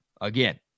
again